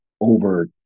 over